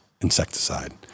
insecticide